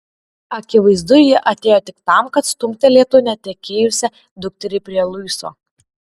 akivaizdu ji atėjo tik tam kad stumtelėtų netekėjusią dukterį prie luiso